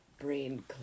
brain